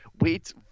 wait